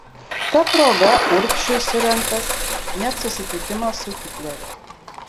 ta proga urbšiui surengtas net susitikimas su hitleriu